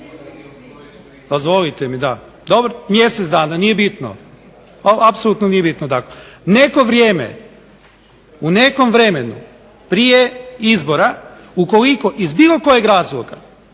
Dozvolite mi, da. Dobro, mjesec dana nije bitno, apsolutno nije bitno. Neko vrijeme u nekom vremenu prije izbora ukoliko iz bilo kojeg razloga